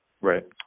Right